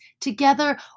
together